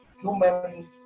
human